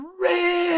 red